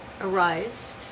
arise